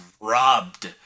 robbed